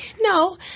No